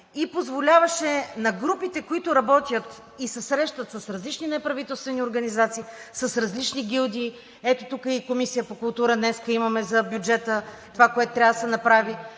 и позволяваше на групите, които работят и се срещат с различни неправителствени организации, с различни гилдии, ето тук и Комисията по култура днес имаме за бюджета това, което трябва да се направи,